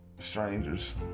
strangers